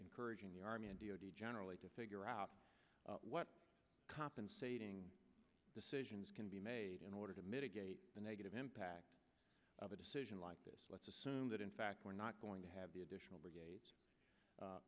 encouraging the army and generally to figure out what compensating decisions can be made in order to mitigate the negative impact of a decision like this let's assume that in fact we're not going to have the additional brigade